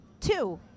Two